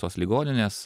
tos ligoninės